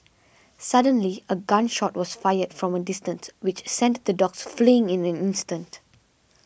suddenly a gun shot was fired from a distance which sent the dogs fleeing in an instant